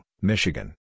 Michigan